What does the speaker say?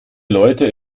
leute